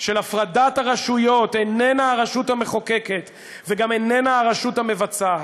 של הפרדת הרשויות אינו הרשות המחוקקת וגם אינו הרשות המבצעת,